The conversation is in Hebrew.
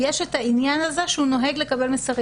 יש את העניין הזה שהוא נוהג לקבל מסרים.